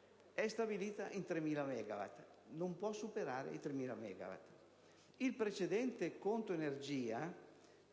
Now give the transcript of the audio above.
tale soglia. Il precedente conto energia,